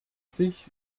sich